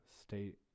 State